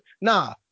nah